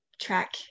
track